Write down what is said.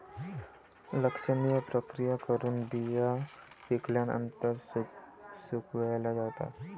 लक्षणीय प्रक्रिया करून बिया पिकल्यानंतर सुकवल्या जातात